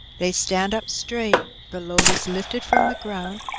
they stand up straight, the load is lifted from the ground,